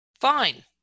Fine